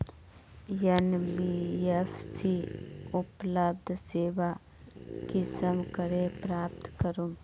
NBFC उपलब्ध सेवा कुंसम करे प्राप्त करूम?